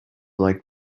like